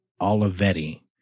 Olivetti